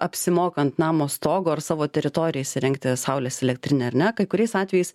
apsimoka ant namo stogo ar savo teritorijoj įsirengti saulės elektrinę ar ne kai kuriais atvejais